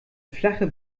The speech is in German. flache